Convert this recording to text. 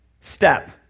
step